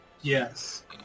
Yes